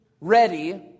ready